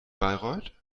bayreuth